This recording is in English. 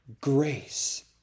grace